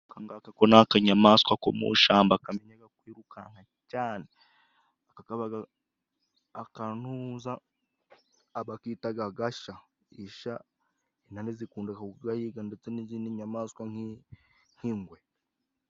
Akangaka ko ni akanyayamaswa ko mu ishamba kamenyaga kwirukanka cane! aka kabaga akantuza bakitaga agasha. Isha intare zikunda kugahiga ndetse n'izindi nyamaswa nk''ingwe.